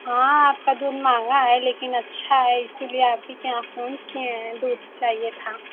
हाँ आपका दूध महंगा है लेकिन अच्छा है इसलिए आप ही के यहाँ फोन किये हैं दूध चाहिए था